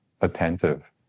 attentive